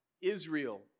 Israel